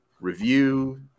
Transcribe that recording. Review